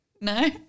No